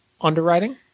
underwriting